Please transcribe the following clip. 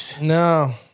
No